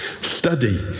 Study